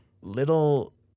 Little